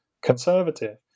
conservative